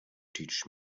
teach